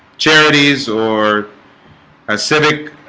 charities or a civic